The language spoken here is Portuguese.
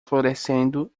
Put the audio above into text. florescendo